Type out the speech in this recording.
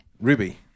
Ruby